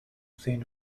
within